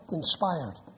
inspired